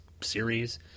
series